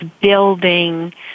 building